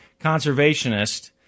conservationist